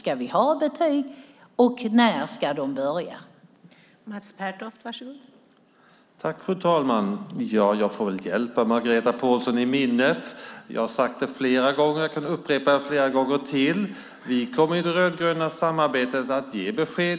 Ska vi ha betyg och när ska de börja ges?